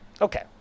okay